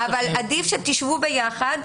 -- אבל עדיף שתשבו ביחד.